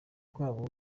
rwabo